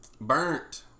burnt